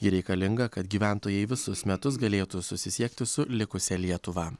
ji reikalinga kad gyventojai visus metus galėtų susisiekti su likusia lietuva